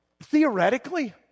Theoretically